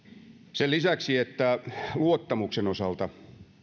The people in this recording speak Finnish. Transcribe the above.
sen lisäksi että luottamuksen osalta